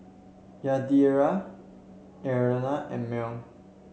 Yadira Eola and Mal